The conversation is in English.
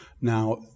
Now